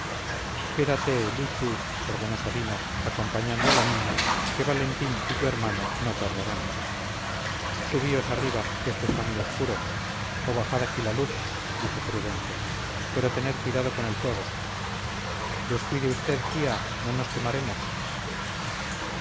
quédate luchu ordenó sabino acompañando a la niña que valentín y tu hermano no tardarán subíos arriba que esto está muy obscuro o bajad aquí la luz dijo prudencia pero tened cuidado con el fuego descuide usted tía no nos quemaremos